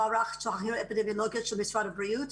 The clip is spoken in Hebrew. המערך האפידמיולוגי של משרד הבריאות.